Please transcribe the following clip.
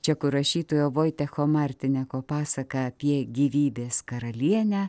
čekų rašytojo voitecho martineko pasaka apie gyvybės karalienę